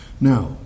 Now